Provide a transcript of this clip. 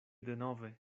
denove